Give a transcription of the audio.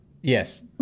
Yes